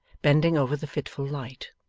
bending over the fitful light.